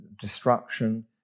destruction